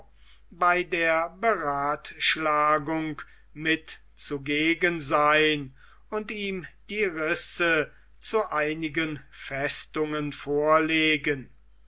bei der beratschlagung mit zugegen sein und ihm die risse zu einigen festungen vorlegen